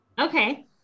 Okay